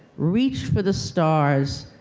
reach for the stars,